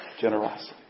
generosity